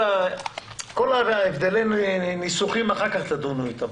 על כל ההבדלים הניסוחיים אחר כך תדונו איתם.